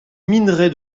minerai